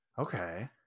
okay